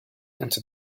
into